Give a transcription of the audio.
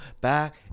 back